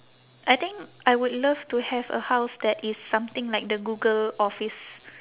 I think I would love to have a house that is something like the google office